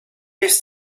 used